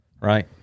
right